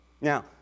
Now